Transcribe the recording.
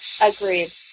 Agreed